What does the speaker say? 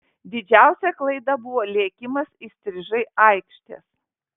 didžiausia klaida buvo lėkimas įstrižai aikštės